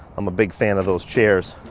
i'm a big fan of those chairs.